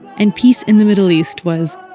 and peace in the middle east was,